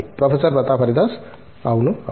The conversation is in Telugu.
ప్రొఫెసర్ ప్రతాప్ హరిదాస్ అవును అవును